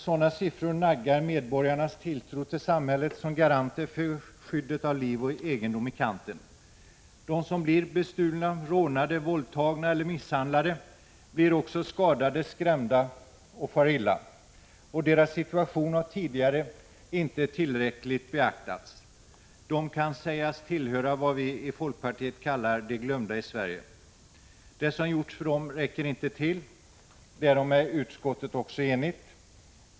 Sådana här siffror gör att medborgarnas tilltro till samhället som garant för skyddet av liv och egendom naggas i kanten. De som blir bestulna, rånade, våldtagna eller misshandlade blir också skadade, skrämda och far illa. Och deras situation har tidigare inte tillräckligt beaktats. De kan sägas tillhöra vad vi i folkpartiet kallar de glömda i Sverige. Det som har gjorts för dem räcker inte till, därom är utskottet enigt.